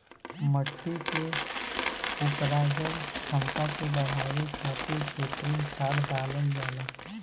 मट्टी के उपराजल क्षमता के बढ़ावे खातिर कृत्रिम खाद डालल जाला